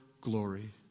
glory